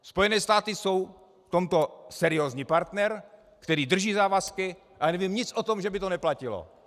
Spojené státy jsou v tomto seriózní partner, který drží závazky, a nevím nic o tom, že by to neplatilo.